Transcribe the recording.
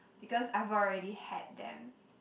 because I've already had them